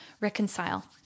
reconcile